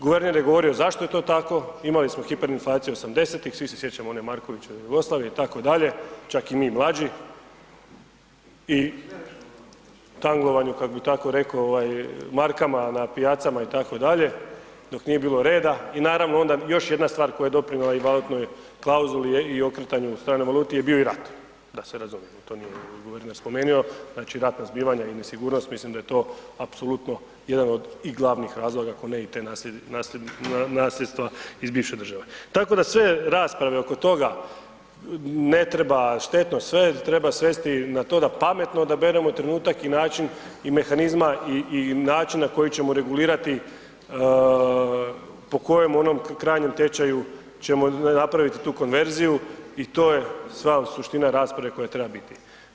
Guverner je govorio zašto je to tako, imali smo hiperinflaciju '80.-tih, svi se sjećamo one Markovićeve Jugoslavije itd., čak i mi mlađi i tangovanju kak bi tako rekao ovaj markama na pijacama itd. dok nije bilo reda i naravno onda još jedna stvar koja je doprinijela i valutnoj klauzuli i okretanju u stranoj valuti je bio i rat da se razumijemo, to nije guverner spomenuo, znači ratna zbivanja i nesigurnost mislim da je to apsolutno jedan od i glavnih razloga ako ne i te nasljedstva iz bivše države, tako da sve rasprave oko toga ne treba štetno sve, treba svesti na to da pametno odaberemo trenutak i način i mehanizma i, i način na koji ćemo regulirati po kojom onom krajnjem tečaju ćemo napravit tu konverziju i to je sva suština rasprave koja treba biti.